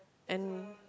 and